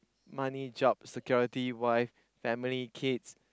money job security wife family kids